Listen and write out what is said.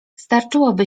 starczyłoby